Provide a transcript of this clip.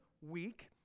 week